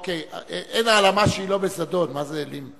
אין העלמה שהיא לא בזדון, מה זה העלים?